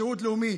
שירות לאומי.